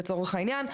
לצורך העניין,